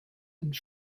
and